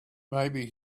maybe